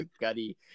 gutty